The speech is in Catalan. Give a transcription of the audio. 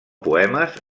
poemes